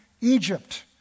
Egypt